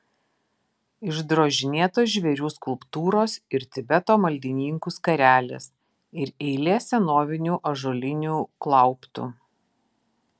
išdrožinėtos žvėrių skulptūros ir tibeto maldininkų skarelės ir eilė senovinių ąžuolinių klauptų